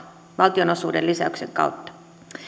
valtionosuuden lisäyksen kautta